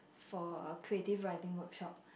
for a creative writing workshop